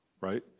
right